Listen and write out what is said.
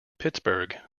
pittsburgh